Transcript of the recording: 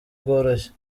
bworoshye